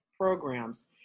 programs